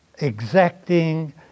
exacting